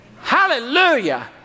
Hallelujah